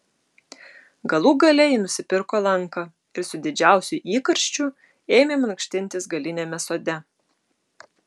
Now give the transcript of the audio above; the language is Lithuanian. galų gale ji nusipirko lanką ir su didžiausiu įkarščiu ėmė mankštintis galiniame sode